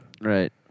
Right